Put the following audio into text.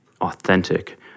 authentic